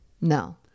No